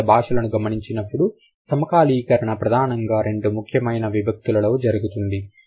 వివిధ భాషలను గమనించినప్పుడు సమకాలీకరణ ప్రధానంగా రెండు ముఖ్యమైన విభక్తి లలో జరుగుతుంది